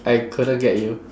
I couldn't get you